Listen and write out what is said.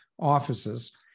offices